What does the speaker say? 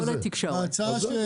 לא לתקשורת.